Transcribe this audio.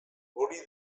hori